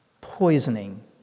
poisoning